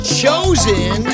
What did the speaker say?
chosen